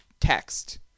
text